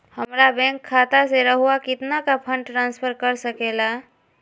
हमरा बैंक खाता से रहुआ कितना का फंड ट्रांसफर कर सके ला?